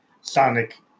sonic